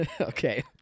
okay